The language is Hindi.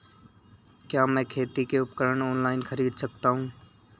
क्या मैं खेती के उपकरण ऑनलाइन खरीद सकता हूँ?